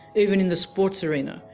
even in the sports arena,